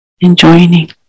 Enjoying